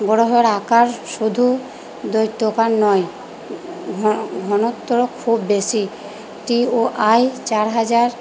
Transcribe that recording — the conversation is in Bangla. গ্রহের আকার শুধু দৈত্যকার নয় ঘনত্ব খুব বেশি টিওআই চার হাজার